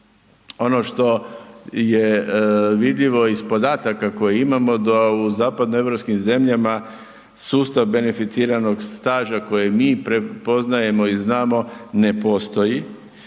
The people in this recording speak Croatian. Ono što je vidljivo iz podataka koje imamo da u zapadnoeuropski zemljama sustav beneficiranog staža koji mi prepoznajemo i znamo ne postoji,